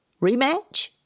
Rematch